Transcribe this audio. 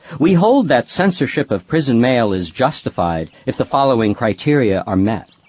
we hold that censorship of prison mail is justified if the following criteria are met.